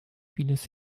vieles